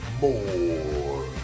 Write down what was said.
more